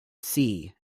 sea